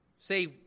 say